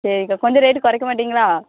சரிக்கா கொஞ்சம் ரேட்டு குறைக்க மாட்டீங்களா